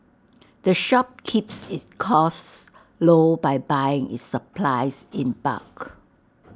the shop keeps its costs low by buying its supplies in bulk